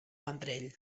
vendrell